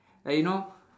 like you know